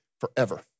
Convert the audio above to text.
forever